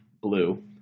Blue